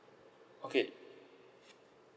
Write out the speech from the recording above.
okay